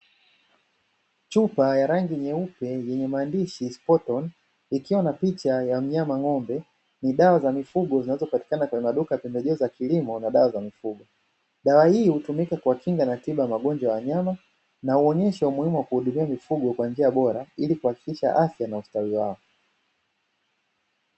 Chupa ya rangi nyeupe yenye maandishi "Sport On" ikiwa na picha ya mnyama ng'ombe ni dawa za mifugo zinazopatikana kwenye maduka pembejeo za kilimo na dawa za mifugo. Dawa hii hutumika kuwakinga na tiba magonjwa ya wanyama na huonyesha umuhimu wa kuhudumia mifugo kwa njia bora ili kuhakikisha afya na ustawi wao.